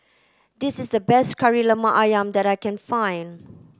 this is the best Kari Lemak Ayam that I can find